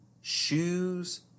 shoes